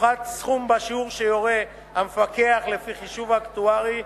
יופחת סכום בשיעור שיורה המפקח לפי חישוב אקטוארי,